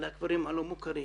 על הכפרים הלא מוכרים,